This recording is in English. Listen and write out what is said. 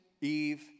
Eve